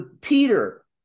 Peter